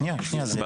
שנייה, שנייה.